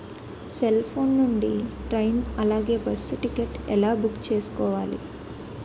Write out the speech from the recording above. Cell phone నుండి train అలాగే bus ticket ఎలా బుక్ చేసుకోవాలి?